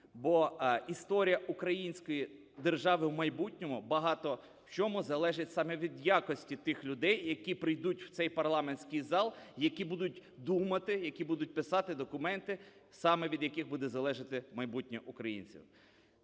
бо історія української держави в майбутньому багато в чому залежить саме від якості тих людей, які прийдуть в цей парламентський зал, які будуть думати, які будуть писати документи, саме від яких буде залежати майбутнє українців.